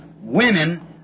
women